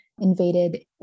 invaded